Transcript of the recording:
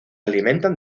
alimentan